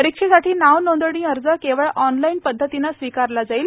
परीक्षेसाठी नाव नोंदणी अर्ज केवळ ऑनलाईन पध्दतीने स्वीकारला जाईल